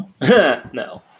no